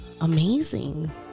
amazing